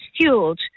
fueled